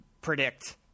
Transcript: predict